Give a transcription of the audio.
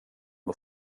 och